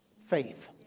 faith